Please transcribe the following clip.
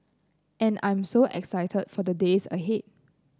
and I'm so excited for the days ahead